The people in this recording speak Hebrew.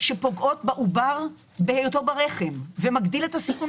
שפוגעות בעובר בהיותו ברחם ומגדילות את הסיכון